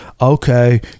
Okay